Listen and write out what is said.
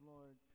Lord